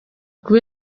kuba